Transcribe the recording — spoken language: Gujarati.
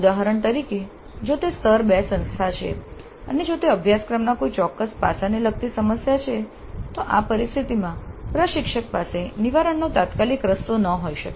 ઉદાહરણ તરીકે જો તે સ્તર II સંસ્થા છે અને જો તે અભ્યાસક્રમના કોઈ ચોક્કસ પાસાને લગતી સમસ્યા છે તો આ પરિસ્થિતિમાં પ્રશિક્ષક પાસે નિવારણનો તાત્કાલિક રસ્તો ન હોઈ શકે